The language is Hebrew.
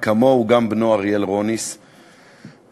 וכמוהו גם בנו אריאל רוניס היה,